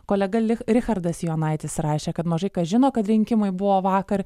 kolega lyg richardas jonaitis rašė kad mažai kas žino kad rinkimai buvo vakar